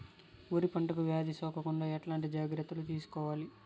వరి పంటకు వ్యాధి సోకకుండా ఎట్లాంటి జాగ్రత్తలు తీసుకోవాలి?